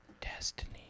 Destiny